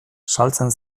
saltzen